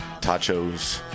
tachos